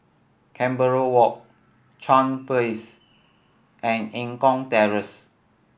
Canberra Walk Chuan Place and Eng Kong Terrace